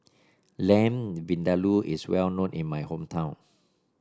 Lamb Vindaloo is well known in my hometown